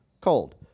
Cold